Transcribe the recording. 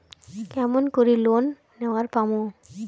কেমন করি লোন নেওয়ার পামু?